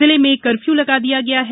जिले में कर्फ्यू लगा दिया गया है